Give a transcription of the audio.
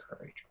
courage